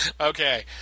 Okay